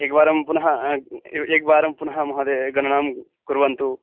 एकवारं पुनः एकवारं पुनः महोदय गणनां कुर्वन्तु